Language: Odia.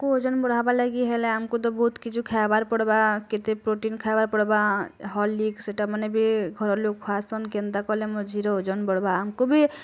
ଆମକୁ ଓଜନ ବଢ଼ାବା ଲାଗି ହେଲେ ଆମକୁ ତ ବହୁତ୍ କିଛୁ ଖାଏବାର୍ ପଡ଼୍ବା କେତେ ପ୍ରୋଟିନ୍ ଖାଏବାର୍ ପଡ଼୍ବା ହରଲିକ୍ସ୍ ସେଇଟା ମାନେ ବି ଘର୍ ଲୋକ୍ ଖୁଆସନ୍ କେନ୍ତା କଲେ ମୋର୍ ଝିର ଓଜନ୍ ବଢ଼୍ବା ଆମକୁ ବି